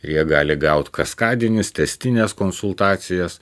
jie gali gauti kaskadinius tęstines konsultacijas